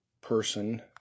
person